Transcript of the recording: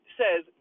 says